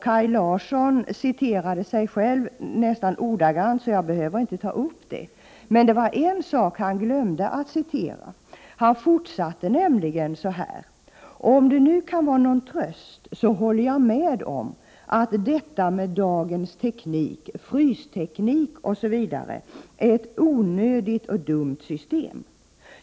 Kaj Larsson citerade sig själv nästan ordagrant, så jag behöver inte upprepa det. Men det var en sak han glömde. Han fortsatte nämligen så här: ”Om det nu kan vara någon tröst så håller jag med om att detta med dagens teknik, frysteknik osv., är ett onödigt och dumt system.